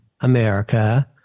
America